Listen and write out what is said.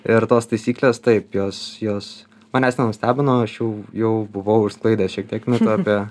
ir tos taisyklės taip jos jos manęs nenustebino aš jau jau buvau išsklaidęs šiek tiek mitų apie